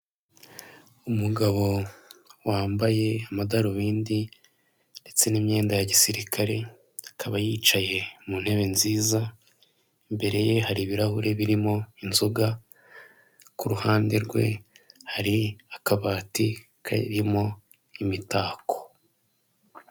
Umugabo wambaye amadarubindi ndetse n'imyenda ya gisirikare, akaba yicaye mu ntebe nziza, imbere ye hari ibirahure birimo inzoga ku ruhande rwe hari akabati karimo imitako.